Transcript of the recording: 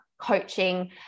coaching